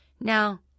Now